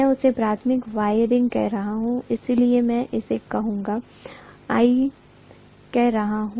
मैं इसे प्राथमिक वाइंडिंग कह रहा हूं इसलिए मैं इसे il कह रहा हूं